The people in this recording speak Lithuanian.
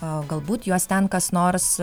a galbūt juos ten kas nors